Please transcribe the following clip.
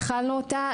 התחלנו אותה.